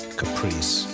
caprice